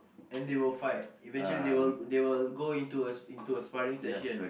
and they will fight eventually they will they will go into a into a sparring session